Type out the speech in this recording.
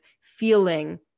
feeling